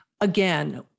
Again